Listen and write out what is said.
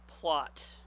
plot